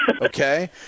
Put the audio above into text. Okay